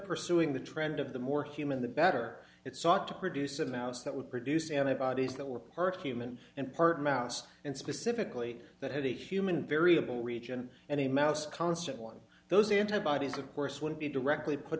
pursuing the trend of the more human the better it sought to produce a mouse that would produce anti bodies that were part human and part mouse and specifically that had a human variable region and a mouse constant one those antibodies of course would be directly put